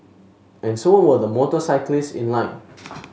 and so were the motorcyclists in line